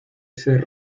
ser